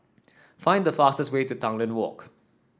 find the fastest way to Tanglin Walk